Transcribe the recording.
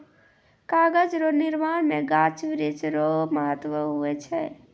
कागज रो निर्माण मे गाछ वृक्ष रो महत्ब हुवै छै